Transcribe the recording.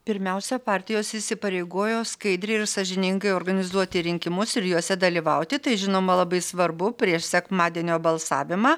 pirmiausia partijos įsipareigojo skaidriai ir sąžiningai organizuoti rinkimus ir juose dalyvauti tai žinoma labai svarbu prieš sekmadienio balsavimą